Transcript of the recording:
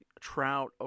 Trout